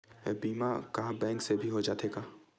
बीमा का बैंक से भी हो जाथे का?